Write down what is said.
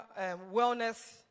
wellness